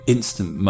Instant